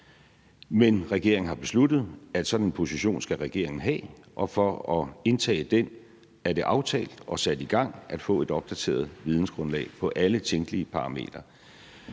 men regeringen har besluttet, at sådan en position skal regeringen have, og for at indtage den er det aftalt og sat i gang, at man skal have et opdateret vidensgrundlag på alle tænkelige parametre.